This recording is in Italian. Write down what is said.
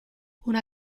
una